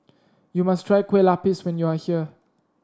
you must try Kue Lupis when you are here